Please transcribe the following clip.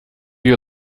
you